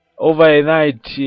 Overnight